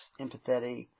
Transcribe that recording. empathetic